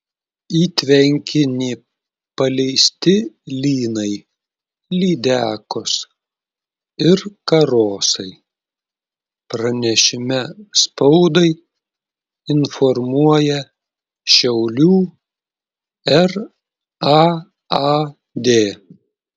į tvenkinį paleisti lynai lydekos ir karosai pranešime spaudai informuoja šiaulių raad